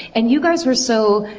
and you guys were so,